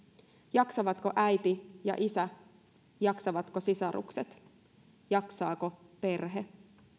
jaksavatko äiti ja isä jaksavatko sisarukset jaksaako perhe